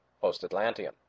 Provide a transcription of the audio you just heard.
post-atlantean